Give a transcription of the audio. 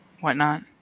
whatnot